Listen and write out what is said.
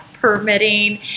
permitting